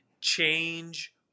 change